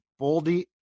Boldy